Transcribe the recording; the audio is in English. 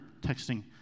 texting